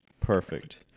perfect